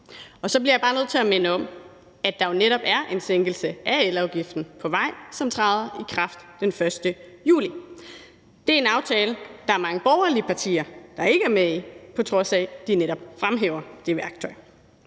Så bliver jeg bare nødt til at minde om, at der jo netop er en sænkelse af elafgiften på vej, som træder i kraft den 1. juli. Det er en aftale, der er mange borgerlige partier, der ikke er med i, på trods af at de netop fremhæver det værktøj.